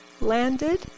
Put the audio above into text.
Landed